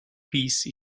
peace